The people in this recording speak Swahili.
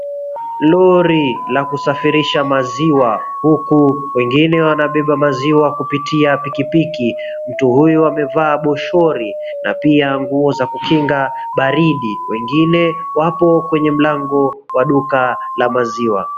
Lori la kusafirisha maziwa huku wengine wanabeba maziwa kupitia pikipiki. Mtu huyu amevaa boshori na pia nguo za kukinga baridi. Wengine wako kwa mlango wa duka la maziwa.